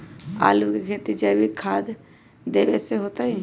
आलु के खेती जैविक खाध देवे से होतई?